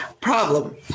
problem